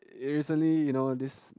recently you know this